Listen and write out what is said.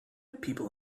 people